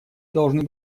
должны